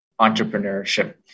entrepreneurship